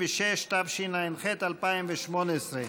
2), התשע"ח 2018,